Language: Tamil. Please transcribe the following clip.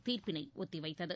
தீர்ப்பினை ஒத்தி வைத்தது